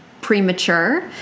premature